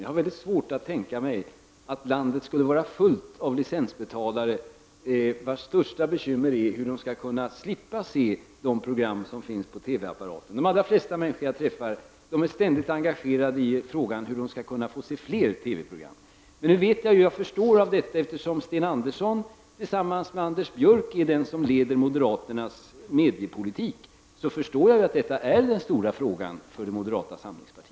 Jag har väldigt svårt att tänka mig att landet skulle vara fullt av licensbetalare vars största bekymmer är hur de skall kunna slippa se de program som visas i TV-apparaterna. De allra flesta människor jag träffar är ständigt engagerade i hur de skall kunna få se fler TV-program. Eftersom Sten Andersson, tillsammans med Anders Björck, är den som leder moderaternas mediepolitik, förstår jag att detta är den stora frågan för det moderata samlingspartiet.